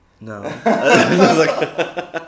No